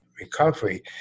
recovery